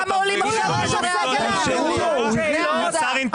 אנחנו לא בנויים לשמוע שטויות.